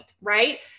right